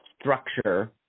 structure